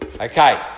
Okay